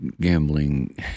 gambling